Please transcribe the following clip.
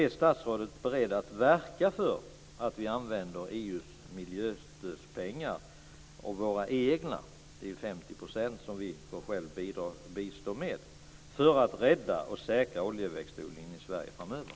Är statsrådet beredd att verka för att vi använder EU:s miljöstödspengar och våra egna - vi får ju själva bidra med 50 %- för att rädda och säkra oljeväxtodlingen i Sverige framöver?